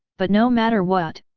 but no matter what,